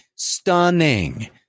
Stunning